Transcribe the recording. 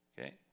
Okay